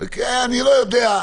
אני לא יודע,